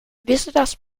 visitors